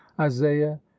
isaiah